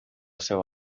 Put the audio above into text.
seva